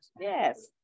yes